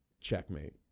checkmate